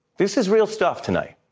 this is real stuff tonight.